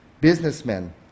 Businessmen